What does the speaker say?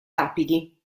rapidi